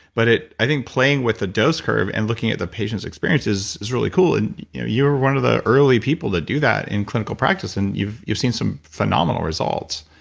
but i think playing with the dose curve, and looking at the patient's experiences is really cool and you were one of the early people to do that in clinical practice, and you've you've seen some phenomenal results.